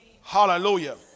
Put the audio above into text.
Hallelujah